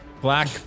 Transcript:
Black